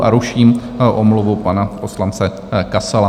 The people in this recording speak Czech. A ruším omluvu pana poslance Kasala.